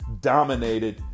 dominated